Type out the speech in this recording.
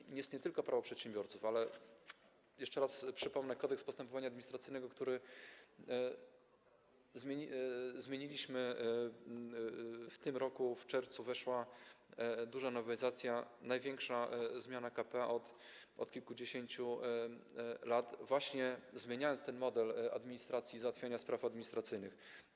I jest tu nie tylko Prawo przedsiębiorców, ale - jeszcze raz przypomnę - Kodeks postępowania administracyjnego, który zmieniliśmy w tym roku w czerwcu, kiedy weszła duża nowelizacja, największa zmiana k.p.a. od kilkudziesięciu lat, zmieniająca ten model administracji i załatwiania spraw administracyjnych.